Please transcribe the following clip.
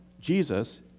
Jesus